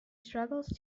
struggles